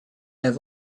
have